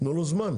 תנו לו זמן.